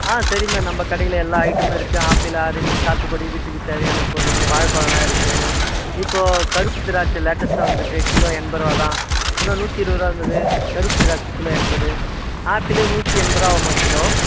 ஆ சரிம்மா நம்ம கடையில் எல்லா ஐட்டமும் இருக்குது ஆப்பிள் ஆரஞ்சு சாத்துக்குடி வீட்டுக்கு தேவையான பொருள் கூ வாழைப்பழம்லாம் இருக்குது இப்போது கருப்பு திராட்சை லேட்டஸ்ட்டாக வந்திருக்கு கிலோ எண்பதுரூபா தான் கிலோ நூற்றி இருபது ரூபா இருந்தது கருப்பு திராட்சை கிலோ எண்பது ஆப்பிள் நூற்றி எண்பதுரூபா ஆகும்மா கிலோ